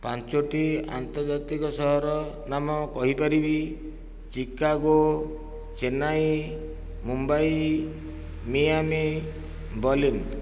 ପାଞ୍ଚଗୋଟି ଆନ୍ତର୍ଜାତିକ ସହର ନାମ କହିପାରିବି Chicago Chennai Mumbai Miami Berlin